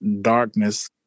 darkness